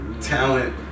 talent